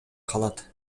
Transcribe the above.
калат